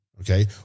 okay